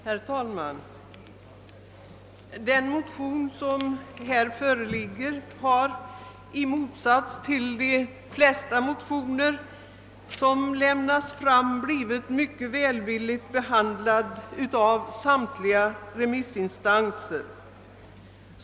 Herr talman! Den motion som här föreligger har, i motsats till de flesta motioner som väcks, blivit mycket välvilligt behandlad av samtliga remissinstanser.